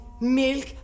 milk